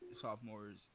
sophomores